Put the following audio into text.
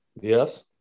Yes